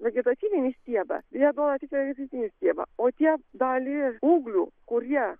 vegetatyvinį stiebą jie duoda tiktai vegetatyvinį stiebą o tie dalį ūglių kurie